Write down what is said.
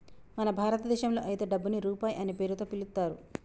మన భారతదేశంలో అయితే డబ్బుని రూపాయి అనే పేరుతో పిలుత్తారు